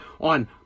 on